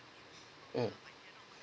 um